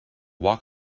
walk